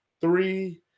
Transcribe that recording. three